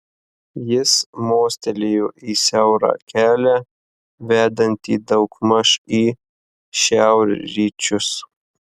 jis mostelėjo į siaurą kelią vedantį daugmaž į šiaurryčius